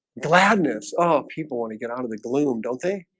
gladness oh people want to get out of the gloom. don't they?